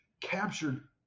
captured